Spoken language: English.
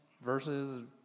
versus